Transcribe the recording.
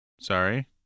Sorry